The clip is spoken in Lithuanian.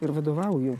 ir vadovauju